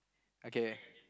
okay